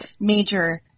major